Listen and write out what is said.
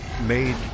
made